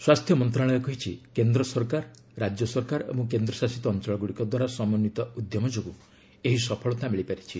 ସ୍ୱାସ୍ଥ୍ୟ ମନ୍ତ୍ରଣାଳୟ କହିଛି କେନ୍ଦ୍ର ସରକାର ରଜ୍ୟ ସରକାର ଏବଂ କେନ୍ଦ୍ର ଶାସିତ ଅଞ୍ଚଳଗୁଡ଼ିକ ଦ୍ୱାରା ସମନ୍ଧିତ ଉଦ୍ୟମ ଯୋଗୁଁ ଏହି ସଫଳତା ମିଳିପାରିଛି